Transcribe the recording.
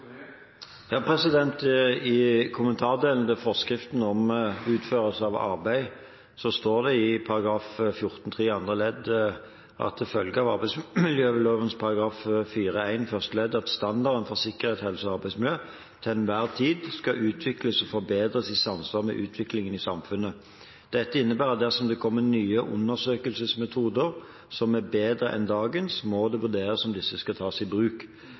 forskriften om utførelse av arbeid står det i § 14-3 andre ledd: «Det følger av arbeidsmiljøloven § 4-1 første ledd at standarden for sikkerhet, helse og arbeidsmiljø til enhver tid skal utvikles og forbedres i samsvar med utviklingen i samfunnet. Dette innebærer at dersom det kommer nye undersøkelsesmetoder som er bedre enn dagens, må det vurderes om disse skal tas i bruk.